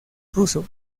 ruso